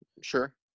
Sure